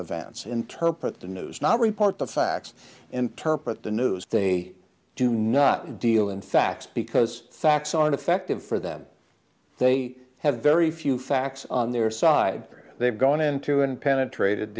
events interpret the news not report the facts interpret the news they do not deal in facts because facts on effective for them they have very few facts on their side they've gone into and penetrated